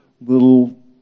little